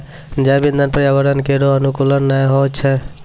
जैव इंधन पर्यावरण केरो अनुकूल नै होय छै